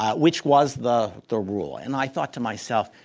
ah which was the the rule. and i thought to myself,